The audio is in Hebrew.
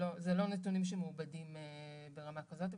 אלה לא נתונים שמעובדים ברמה כזאת,